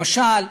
למשל,